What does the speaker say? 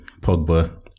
Pogba